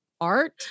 art